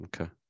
Okay